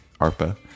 ARPA